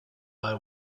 eye